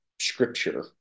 scripture